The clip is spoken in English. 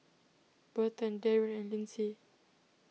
Burton Darrien and Lyndsey